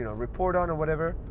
you know report on or whatever.